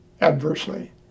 adversely